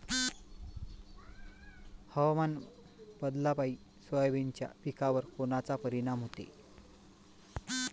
हवामान बदलापायी सोयाबीनच्या पिकावर कोनचा परिणाम होते?